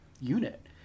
unit